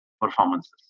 performances